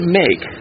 make